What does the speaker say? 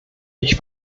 ich